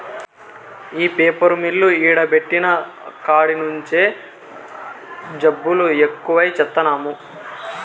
ఈ paper mill ఈడ పెట్టిన కాడి నుంచే జబ్బులు ఎక్కువై చత్తన్నాము